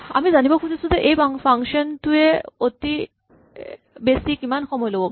আমি জানিব খুজিছো যে এই ফাংচন টোৱে অতি বেছি কিমান সময় ল'ব পাৰে